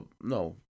no